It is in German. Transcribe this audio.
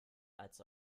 als